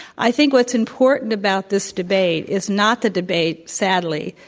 i think what's important about this debate is not the debate, sadly,